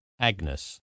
Agnes